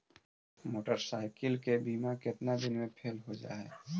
Motorcycle के बिमा केतना दिन मे फेल हो जा है?